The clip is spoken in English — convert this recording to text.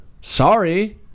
Sorry